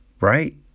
right